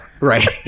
Right